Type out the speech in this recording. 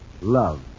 love